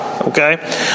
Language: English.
okay